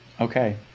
Okay